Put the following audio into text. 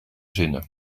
zinnen